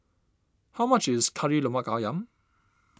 how much is Kari Lemak Ayam